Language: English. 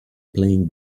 playing